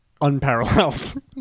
Unparalleled